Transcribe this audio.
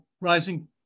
rising